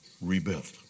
rebuilt